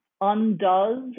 undoes